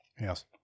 yes